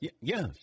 Yes